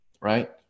Right